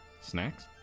Snacks